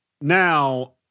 Now